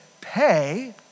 pay